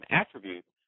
attributes